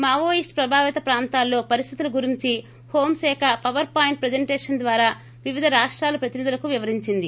Maoist ప్రభావిత ప్రాంతాల్లో పరిస్థితుల గురించి హోంశాఖ పవర్ పాయింట్ ప్రజంటేషన్ ద్వారా వివిధ రాష్టాల ప్రతినిధులకు వివిరించింది